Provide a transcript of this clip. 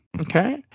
Okay